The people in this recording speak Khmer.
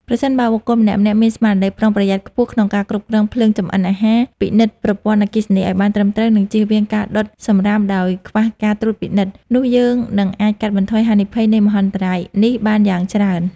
ប្រសិនបើបុគ្គលម្នាក់ៗមានស្មារតីប្រុងប្រយ័ត្នខ្ពស់ក្នុងការគ្រប់គ្រងភ្លើងចម្អិនអាហារ ពិនិត្យប្រព័ន្ធអគ្គិសនីឱ្យបានត្រឹមត្រូវ និងចៀសវាងការដុតសម្រាមដោយខ្វះការត្រួតពិនិត្យ នោះយើងនឹងអាចកាត់បន្ថយហានិភ័យនៃមហន្តរាយនេះបានយ៉ាងច្រើន។